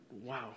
wow